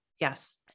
Yes